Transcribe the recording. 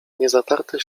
niezatarte